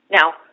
Now